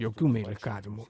jokių meilikavimų